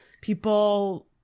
people